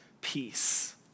peace